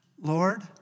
Lord